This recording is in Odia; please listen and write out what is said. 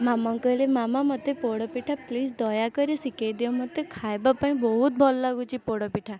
ମାମାଙ୍କୁ କହିଲି ମାମା ମୋତେ ପୋଡ଼ପିଠା ପ୍ଲିଜ୍ ଦୟାକରି ଶିଖେଇ ଦିଅ ମୋତେ ଖାଇବାପାଇଁ ବହୁତ ଭଲ ଲାଗୁଛି ପୋଡ଼ପିଠା